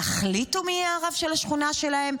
יחליטו מי יהיה הרב של השכונה שלהם?